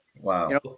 wow